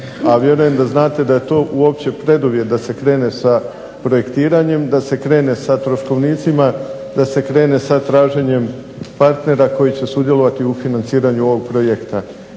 a vjerujem da znate da je to uopće preduvjet da se krene sa projektiranjem, da se krene sa troškovnicima, da se krene sa traženjem partnera koji će sudjelovati u financiranju ovog projekta.